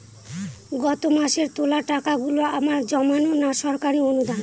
গত মাসের তোলা টাকাগুলো আমার জমানো না সরকারি অনুদান?